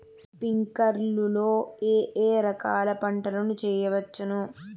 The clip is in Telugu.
స్ప్రింక్లర్లు లో ఏ ఏ రకాల పంటల ను చేయవచ్చును?